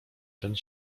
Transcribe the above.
ten